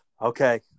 Okay